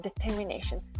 determination